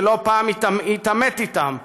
שלא פעם התעמת איתם,